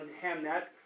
Hamnet